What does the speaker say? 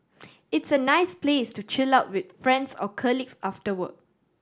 it's a nice place to chill out with friends or colleagues after work